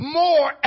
more